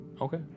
Okay